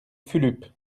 fulup